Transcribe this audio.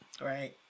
Right